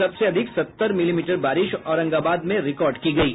सबसे अधिक सत्तर मिलीमीटर बारिश औरंगाबाद में रिकॉर्ड की गयी